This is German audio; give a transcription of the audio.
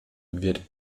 wird